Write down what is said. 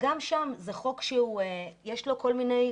גם שם זה חוק שיש לו כל מיני,